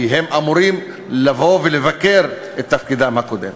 כי הם אמורים לבוא ולבקר את תפקידם הקודם.